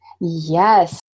Yes